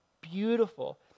beautiful